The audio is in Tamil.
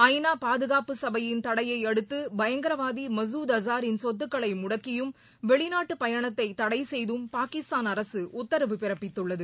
ஐநாபாதுகாப்பு சபையின் தடையைஅடுத்துபயங்கரவாதிமசூத் அசாரின் சொத்துக்களைமுடக்கியும் வெளிநாட்டுபயணத்தைதடைசெய்தும் பாகிஸ்தான் அரசுஉத்தரவு பிறப்பித்துள்ளது